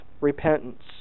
repentance